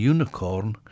Unicorn